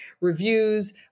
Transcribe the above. reviews